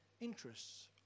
interests